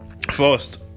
First